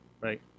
Right